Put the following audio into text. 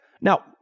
Now